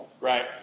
right